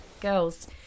girls